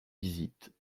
visites